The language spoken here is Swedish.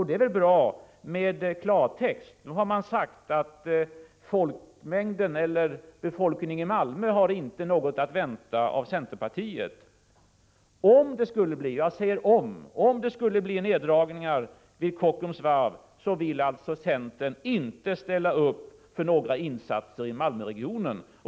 Det är väl bra med klartext. Nu har man sagt att befolkningen i Malmö inte har något att vänta från centerpartiet. Om det skulle bli neddragningar vid Kockums Varv vill centern alltså inte ställa upp för några insatser i Malmöregionen.